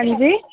हां जी